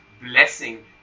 blessing